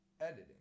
Editing